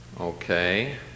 Okay